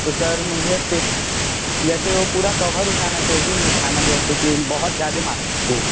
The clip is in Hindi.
तो सर मुझे जैसे वो पूरा कभर उठाना पेटी में उठाना जैसे कि बहुत ज़्यादा मात्रा में